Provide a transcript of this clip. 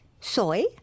Soy